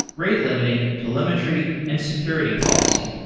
rate limiting, telemetry and security policy.